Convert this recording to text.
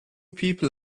people